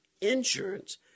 insurance